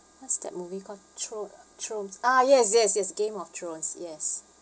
what's that movie called thrones thrones ah yes yes yes game of thrones yes